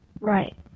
Right